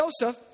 Joseph